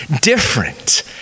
different